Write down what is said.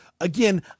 again